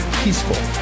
peaceful